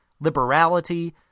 liberality